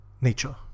nature